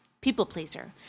people-pleaser